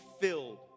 filled